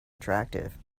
attractive